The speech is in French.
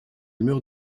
meurt